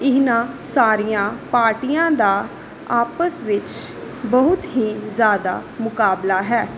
ਇਹਨਾਂ ਸਾਰੀਆਂ ਪਾਰਟੀਆਂ ਦਾ ਆਪਸ ਵਿੱਚ ਬਹੁਤ ਹੀ ਜ਼ਿਆਦਾ ਮੁਕਾਬਲਾ ਹੈ